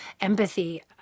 empathy